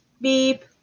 Beep